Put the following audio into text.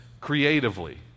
creatively